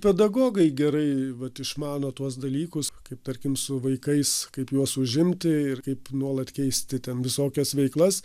pedagogai gerai vat išmano tuos dalykus kaip tarkim su vaikais kaip juos užimti ir kaip nuolat keisti ten visokias veiklas